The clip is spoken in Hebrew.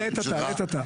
לעת עתה.